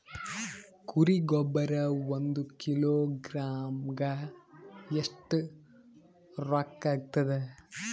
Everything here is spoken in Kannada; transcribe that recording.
ಕುರಿ ಗೊಬ್ಬರ ಒಂದು ಕಿಲೋಗ್ರಾಂ ಗ ಎಷ್ಟ ರೂಕ್ಕಾಗ್ತದ?